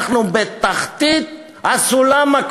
אנחנו בתחתית הסולם,